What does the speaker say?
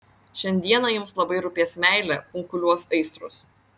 šiandieną jums labai rūpės meilė kunkuliuos aistros